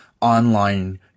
online